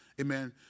amen